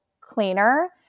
cleaner